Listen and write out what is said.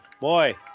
boy